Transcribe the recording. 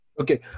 Okay